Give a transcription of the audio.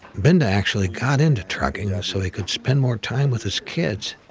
binda actually got into trucking, ah so he could spend more time with his kids.